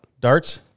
Darts